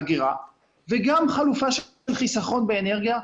ואגירה וגם חלופה של חיסכון באנרגיה,